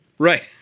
Right